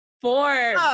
four